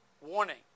Warning